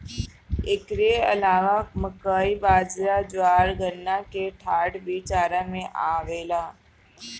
एकरी अलावा मकई, बजरा, ज्वार, गन्ना के डाठ भी चारा में आवेला